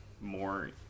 more